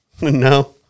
No